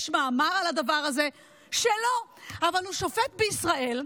יש מאמר על הדבר הזה, שלו, אבל הוא שופט בישראל.